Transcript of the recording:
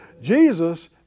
Jesus